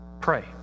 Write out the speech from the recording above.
Pray